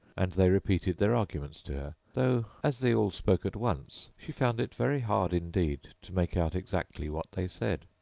and they repeated their arguments to her, though, as they all spoke at once, she found it very hard indeed to make out exactly what they said.